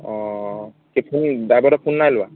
অঁ কি ফোন ড্ৰাইভাৰটোৱে ফোন নাই লোৱা